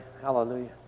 Hallelujah